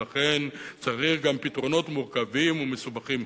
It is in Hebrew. ולכן צריך גם פתרונות מורכבים ומסובכים,